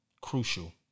crucial